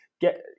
get